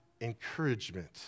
encouragement